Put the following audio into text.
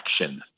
action